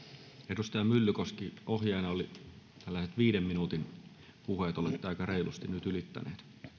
edustaja myllykoski ohjeena oli viiden minuutin puheet olette aika reilusti nyt ylittänyt